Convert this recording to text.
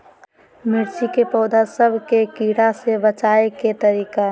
मिर्ची के पौधा सब के कीड़ा से बचाय के तरीका?